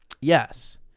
Yes